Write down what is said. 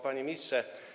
Panie Ministrze!